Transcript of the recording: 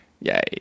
Yay